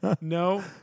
No